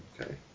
Okay